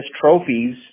trophies